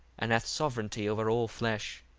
and hath sovereignty over all flesh.